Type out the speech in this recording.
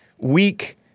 weak